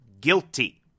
Guilty